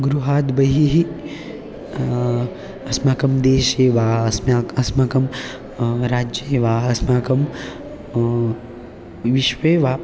गृहाद् बहिः अस्माकं देशे वा अस्मा अस्माकं राज्ये वा अस्माकं विश्वे वा